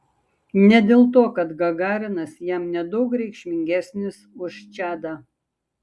ne dėl to kad gagarinas jam nedaug reikšmingesnis už čadą